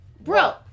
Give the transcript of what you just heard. Bro